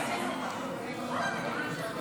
אני קובע שההסתייגות לא התקבלה.